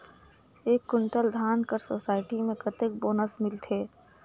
एक कुंटल धान कर सोसायटी मे कतेक बोनस मिलथे?